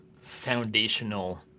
foundational